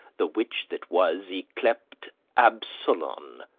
the which that was y-cleped absolon.